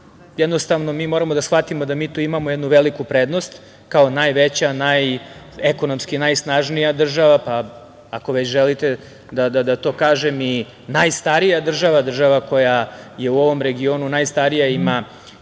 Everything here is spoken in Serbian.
jednostavno moramo da shvatimo da mi tu imamo jednu veliku prednost kao najveća, ekonomski najsnažnija država, ako već želite da to kažem, i najstarija država, država koja je u ovom regionu najstarija i